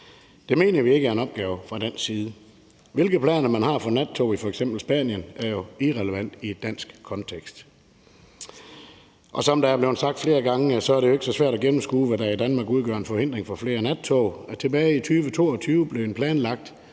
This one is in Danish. Det mener vi ikke er en opgave fra dansk side. Hvilke planer man har for nattog i f.eks. Spanien, er jo irrelevant i en dansk kontekst. Som det er blevet sagt flere gange, er det jo ikke så svært at gennemskue, hvad der i Danmark udgør en forhindring for flere nattog. Tilbage i 2022 blev en planlagt